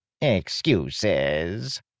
Excuses